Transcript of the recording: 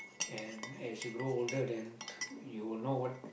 and as you grow older then you will know what